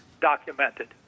documented